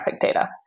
data